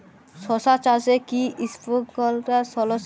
শশা চাষে কি স্প্রিঙ্কলার জলসেচ করা যায়?